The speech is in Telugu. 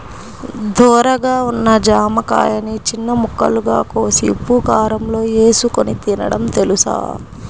ధోరగా ఉన్న జామకాయని చిన్న ముక్కలుగా కోసి ఉప్పుకారంలో ఏసుకొని తినడం తెలుసా?